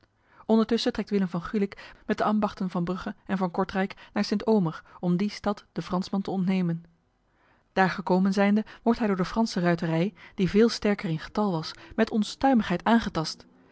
ondertussen trekt willem van gulik met de ambachten van brugge en van kortrijk naar st omer om die stad de fransman te ontnemen daar gekomen zijnde wordt hij door de franse ruiterij die veel sterker in getal was met onstuimigheid aangetast